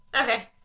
Okay